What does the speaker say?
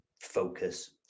focus